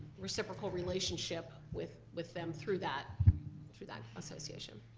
reciprocal relationship with with them through that through that association.